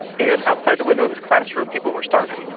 and outside the window of his classroom people were starving.